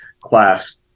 class